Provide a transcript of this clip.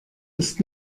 ist